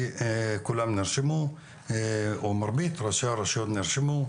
כי כולם נרשמו או מרבית ראשי הרשויות נרשמו,